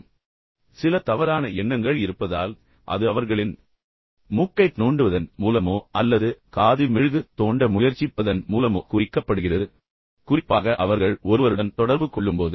எனவே சில தவறான எண்ணங்கள் இருப்பதால் அது அவர்களின் மூக்கைத் நோண்டுவதன் மூலமோ அல்லது காது மெழுகு தோண்ட முயற்சிப்பதன் மூலமோ குறிக்கப்படுகிறது குறிப்பாக அவர்கள் ஒருவருடன் ஒருவருடன் தொடர்பு கொள்ளும்போது